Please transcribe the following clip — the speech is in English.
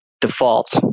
default